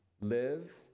live